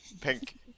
pink